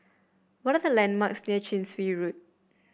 what are the landmarks near Chin Swee Road